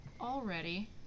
already